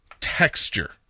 texture